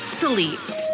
sleeps